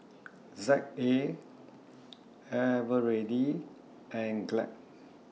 Z A Eveready and Glad